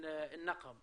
בהקשר לנושא של הנגב.